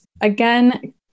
again